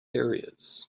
areas